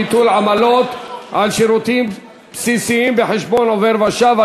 ביטול עמלות על שירותים בסיסיים בחשבון עובר ושב),